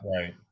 Right